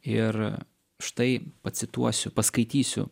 ir štai pacituosiu paskaitysiu